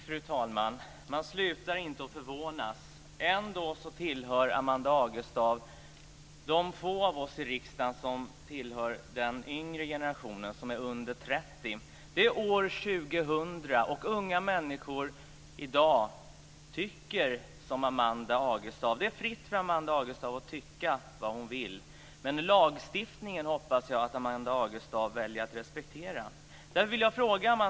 Fru talman! Man slutar inte att förvånas. Ändå är Amanda Agestav en av oss få här i riksdagen som tillhör den yngre generationen, som är under 30 år. Det är år 2000 och unga människor i dag tycker som Amanda Agestav. Det är fritt fram för Amanda Agestav att tycka vad hon vill, men lagstiftningen hoppas jag att hon väljer att respektera.